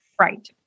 Right